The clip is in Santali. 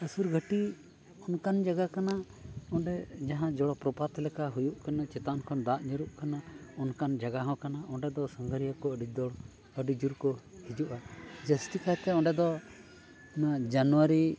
ᱚᱥᱩᱨ ᱜᱷᱟᱹᱴᱤ ᱚᱱᱠᱟᱱ ᱡᱟᱭᱜᱟ ᱠᱟᱱᱟ ᱚᱸᱰᱮ ᱡᱟᱦᱟᱸ ᱡᱚᱞᱚ ᱯᱨᱚᱯᱟᱛ ᱞᱮᱠᱟ ᱦᱩᱭᱩᱜ ᱠᱟᱱᱟ ᱪᱮᱛᱟᱱ ᱠᱷᱚᱱ ᱫᱟᱜ ᱧᱩᱨᱦᱩᱜ ᱠᱟᱱᱟ ᱚᱱᱠᱟᱱ ᱡᱟᱭᱜᱟ ᱦᱚᱸ ᱠᱟᱱᱟ ᱚᱸᱰᱮ ᱫᱚ ᱥᱟᱸᱜᱷᱟᱨᱤᱭᱟᱹ ᱠᱚ ᱟᱹᱰᱤ ᱫᱚᱲ ᱟᱹᱰᱤ ᱡᱳᱨ ᱠᱚ ᱦᱤᱡᱩᱜᱼᱟ ᱡᱟᱹᱥᱛᱤᱠᱟᱭᱛᱮ ᱚᱸᱰᱮ ᱫᱚ ᱚᱱᱟ ᱡᱟᱱᱩᱣᱟᱨᱤ